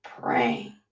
praying